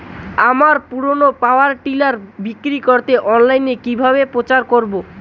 আমার পুরনো power tiller বিক্রি করাতে অনলাইনে কিভাবে প্রচার করব?